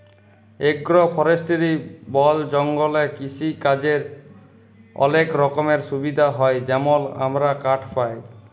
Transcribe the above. এগ্র forestry বল জঙ্গলে কিসিকাজের অলেক রকমের সুবিধা হ্যয় যেমল আমরা কাঠ পায়